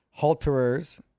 halterers